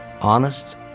Honest